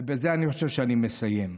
ובזה אני חושב שאני מסיים.